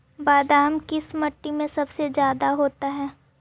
बादाम किस माटी में सबसे ज्यादा होता है?